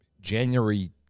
January